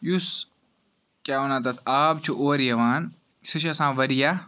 یُس کیاہ وَنان تَتھ آب چھُ اورٕ یِوان سہُ چھُ آسان واریاہ